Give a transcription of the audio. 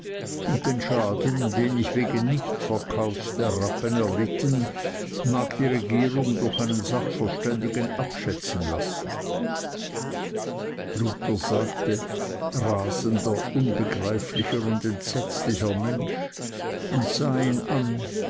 und den schaden den ich wegen nichtverkaufs der rappen erlitten mag die regierung durch einen sachverständigen abschätzen lassen luther sagte rasender unbegreiflicher und entsetzlicher mensch und sah ihn an